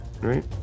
right